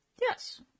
yes